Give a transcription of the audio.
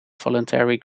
voluntary